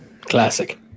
Classic